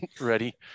ready